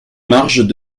marges